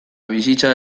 bizitza